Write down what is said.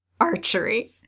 Archery